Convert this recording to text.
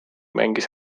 mängis